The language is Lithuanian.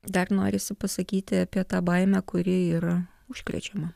dar norisi pasakyti apie tą baimę kuri yra užkrečiama